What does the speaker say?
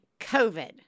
COVID